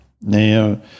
Now